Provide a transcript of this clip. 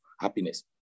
happiness